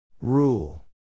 Rule